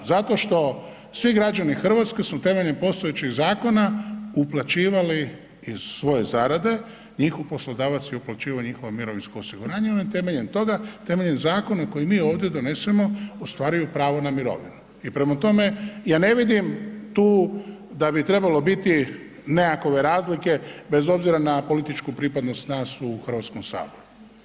Zato što svi građani Hrvatske su temeljem postojećih zakona uplaćivali iz svoje zarade, njihov poslodavac je uplaćivao njihovo mirovinsko osiguranje, onda temeljem toga, temeljem zakona koji mi ovdje donesemo ostvaraju pravo na mirovinu i prema tome, ja ne vidim tu da bi trebalo biti nekakve razlike, bez obzira na političku pripadnost nas u HS-u.